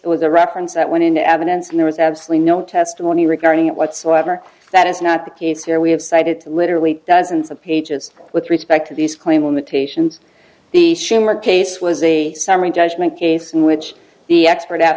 it was a reference that went into evidence and there was absolutely no testimony regarding it whatsoever that is not the case here we have cited to literally dozens of pages with respect to these claims limitations the schumer case was a summary judgment case in which the expert out